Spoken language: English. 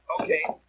Okay